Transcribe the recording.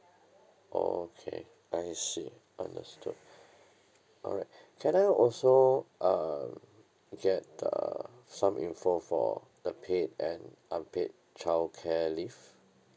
okay I see understood alright can I also uh get the some info for the paid and unpaid childcare leave